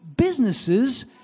businesses